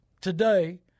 today